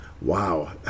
Wow